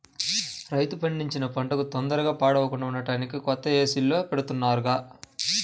రైతు పండించిన పంటన తొందరగా పాడవకుండా ఉంటానికి కొత్తగా ఏసీల్లో బెడతన్నారుగా